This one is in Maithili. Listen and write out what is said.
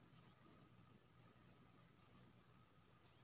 हमरा क्रेडिट कार्ड केना आधार पर मिलते?